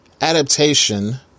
adaptation